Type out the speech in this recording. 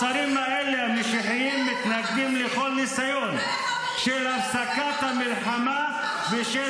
השרים המשיחיים האלה מתנגדים לכל ניסיון של הפסקת המלחמה ושל